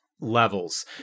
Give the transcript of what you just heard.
levels